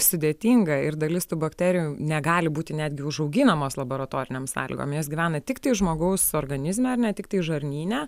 sudėtinga ir dalis tų bakterijų negali būti netgi užauginamos laboratorinėm sąlygom jos gyvena tiktai žmogaus organizme ar ne tiktai žarnyne